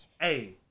Hey